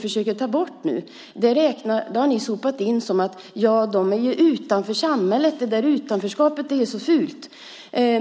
försöker ni nu ta bort och säger att de är utanför samhället. Det där utanförskapet är ju så fult.